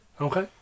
Okay